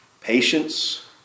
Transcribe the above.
patience